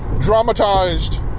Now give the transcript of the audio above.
dramatized